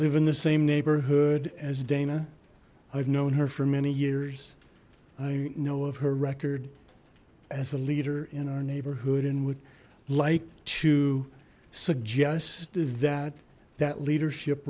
live in the same neighborhood as dana i've known her for many years i know of her record as a leader in our neighborhood and would like to suggest that that leadership